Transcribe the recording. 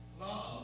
Love